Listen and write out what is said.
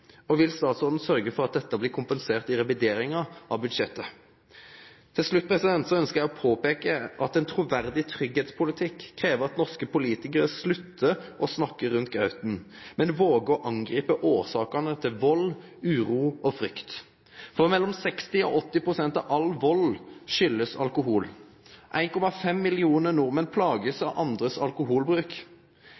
Og vil statsråden sørge for at dette blir kompensert i revideringen av budsjettet? Til slutt ønsker jeg å påpeke at en troverdig trygghetspolitikk krever at norske politikere slutter å snakke rundt grøten, og våger å angripe årsakene til vold, uro og frykt. Mellom 60 og 80 pst. av all vold skyldes alkohol. 1,5 millioner nordmenn plages